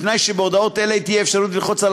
בתנאי שבהודעות אלה תהיה אפשרות ללחוץ על